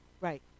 Right